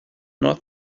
not